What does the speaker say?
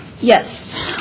Yes